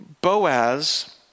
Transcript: Boaz